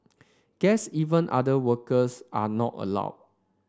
guests even other workers are not allowed